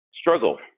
struggle